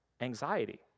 anxiety